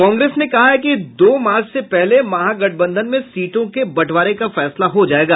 कांग्रेस ने कहा है कि दो मार्च से पहले महागठबंधन में सीटों के बंटवारे का फैसला हो जायेगा